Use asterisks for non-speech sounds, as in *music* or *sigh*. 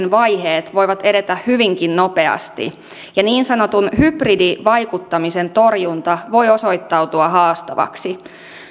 *unintelligible* vaiheet voivat edetä hyvinkin nopeasti ja niin sanotun hybridivaikuttamisen torjunta voi osoittautua haastavaksi